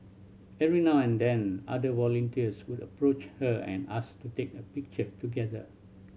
every now and then other volunteers would approach her and ask to take a picture together